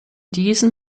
diesen